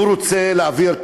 הוא רוצה להעביר,